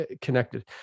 connected